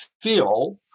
feel